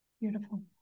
Beautiful